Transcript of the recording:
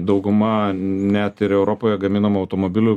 dauguma net ir europoje gaminamų automobilių